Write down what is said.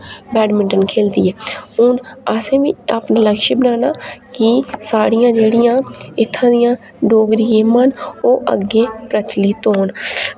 badminton खेलदी ऐ हून असें बी अपना लक्ष्य बनाना कि साढ़ियां जेह्ड़ियां इत्थो दियां डोगरी गेम्मां न ओह् अग्गें प्रचलित होन